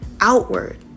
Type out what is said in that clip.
outward